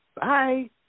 Bye